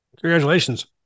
congratulations